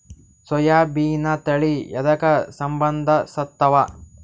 ಸೋಯಾಬಿನ ತಳಿ ಎದಕ ಸಂಭಂದಸತ್ತಾವ?